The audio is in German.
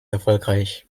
erfolgreich